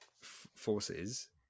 Forces